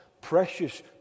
precious